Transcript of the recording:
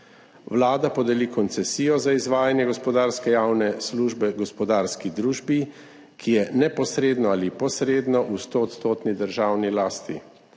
Vlada podeli koncesijo za izvajanje gospodarske javne službe gospodarski družbi, ki je neposredno ali posredno v 100-odstotni državni lasti.